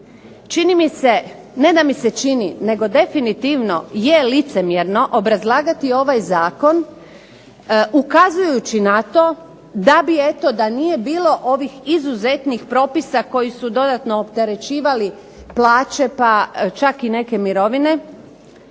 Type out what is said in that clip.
Čini mi se, ne da mi se čini nego definitivno je licemjerno obrazlagati ovaj zakon ukazujući na to da bi eto da nije bilo ovih izuzetnih propisa koji su dodatno opterećivali plaće pa čak i neke mirovine,